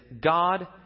god